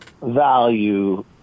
value